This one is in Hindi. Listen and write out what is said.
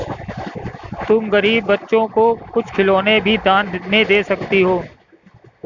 तुम गरीब बच्चों को कुछ खिलौने भी दान में दे सकती हो